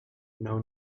know